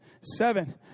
Seven